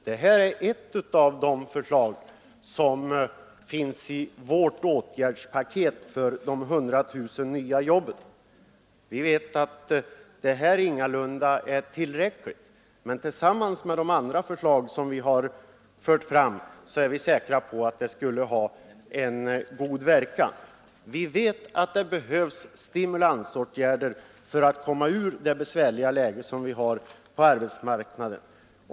Det här är ett av de förslag som finns i vårt åtgärdspaket för de 100 000 nya jobben. Vi vet att det här ingalunda är tillräckligt, men vi är säkra på att tillsammans med de andra förslag som vi har fört fram skulle det ha en god verkan. Vi vet att det behövs stimulansåtgärder för att komma ur det besvärliga läge vi har på arbetsmarknaden.